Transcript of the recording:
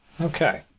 Okay